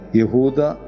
Yehuda